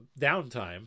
downtime